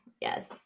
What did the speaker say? yes